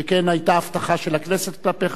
שכן היתה הבטחה של הכנסת כלפיך,